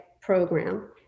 program